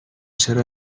چرا